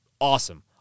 awesome